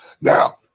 Now